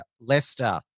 Leicester